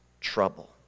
trouble